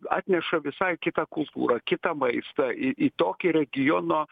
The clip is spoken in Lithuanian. atneša visai kitą kultūrą kitą maistą į į tokį regiono